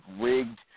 rigged